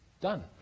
Done